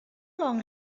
long